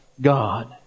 God